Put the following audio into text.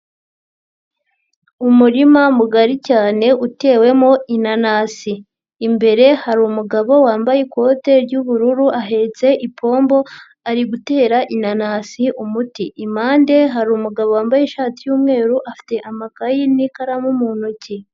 Umurima mugari cyane utewemo inanasi, imbere hari umugabo wambaye ikote ry'ubururu ahetse ipombo ari gutera inanasi umuti, impande hari umugabo wambaye ishati y'umweru afite amakayi n'ikaramu mu ntoki.